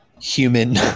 human